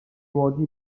łodzi